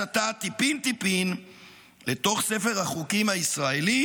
והכנסתה טיפין-טיפין לתוך ספר החוקים הישראלי